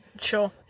Sure